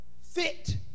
fit